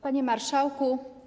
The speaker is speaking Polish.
Panie Marszałku!